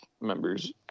members